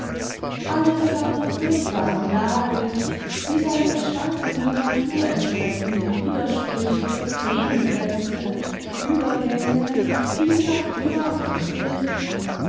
alle seiner furchtbaren lage wie seiner schwankenden natur entsprechenden widersprüche gegensätze uebergänge vielfach gemartert durch